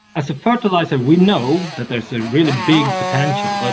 as a fertiliser we know that there is a really big potential. ah